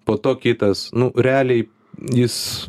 po to kitas nu realiai jis